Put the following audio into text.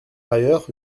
ailleurs